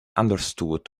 understood